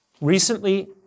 Recently